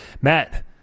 Matt